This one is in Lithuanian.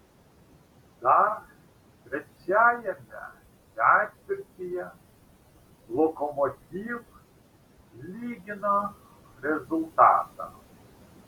dar trečiajame ketvirtyje lokomotiv lygino rezultatą